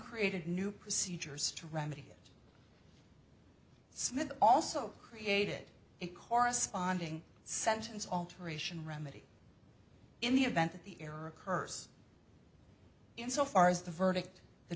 created new procedures to remedy it smith also created a corresponding sentence alteration remedy in the event that the error occurs in so far as the verdict the